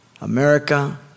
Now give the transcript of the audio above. America